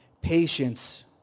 Patience